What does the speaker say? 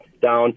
down